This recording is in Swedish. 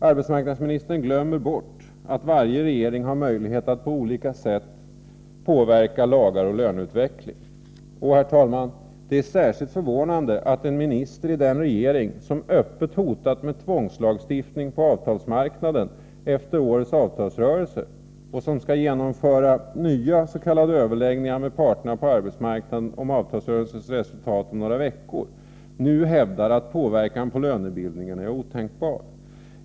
Arbetsmarknadsministern glömmer bort att varje regering har möjligheter att på olika sätt påverka lagar och löneutveckling. Det är särskilt förvånande att en minister i den regering som öppet hotar med tvångslagstiftning på avtalsmarknaden efter årets avtalsrörelse och som om några veckor skall genomföra nya s.k. överläggningar med parterna på arbetsmarknaden om avtalsrörelsens resultat, nu hävdar att påverkan på lönebildningen är otänkbar.